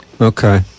Okay